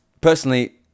Personally